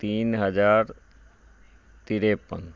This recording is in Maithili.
तीन हजार तिरपन